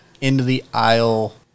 into-the-aisle